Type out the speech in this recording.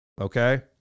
okay